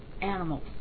animals